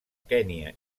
kenya